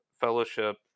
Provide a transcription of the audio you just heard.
fellowship